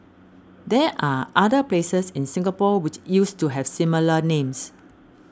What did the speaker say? there are other places in Singapore which used to have similar names